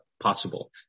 Possible